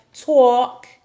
Talk